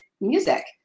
music